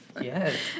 Yes